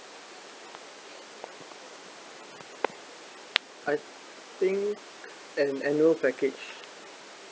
I think an annual package